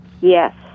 Yes